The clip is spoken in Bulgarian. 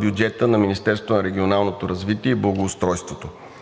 бюджета на Министерството